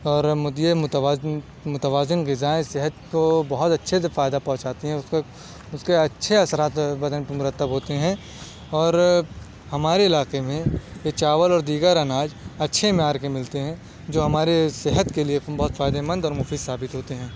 اور متوازن متوازن غذائیں صحت کو بہت اچھے سے فائدہ پہنچاتی ہیں اس کو اس کے اچھے اثرات بدن پہ مرتب ہوتے ہیں اور ہمارے علاقے میں یہ چاول اور دیگر اناج اچھے معیار کے ملتے ہیں جو ہمارے صحت کے لیے بہت فائدے مند اور مفید ثابت ہوتے ہیں